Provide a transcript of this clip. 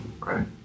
Right